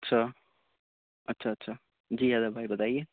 اچھا اچھا اچھا جی آزاد بھائی بتائیے